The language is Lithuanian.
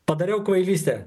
padariau kvailystę